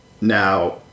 now